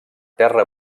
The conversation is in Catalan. terra